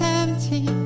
empty